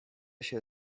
się